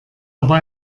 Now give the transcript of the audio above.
aber